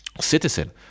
citizen